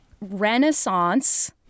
Renaissance